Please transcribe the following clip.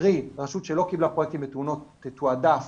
קרי רשות שלא קיבלה פרויקטים בתאונות תתועדף